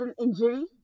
injury